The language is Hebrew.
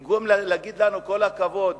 במקום להגיד לנו: כל הכבוד